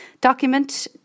document